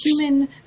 human